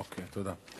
אוקיי, תודה.